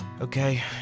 Okay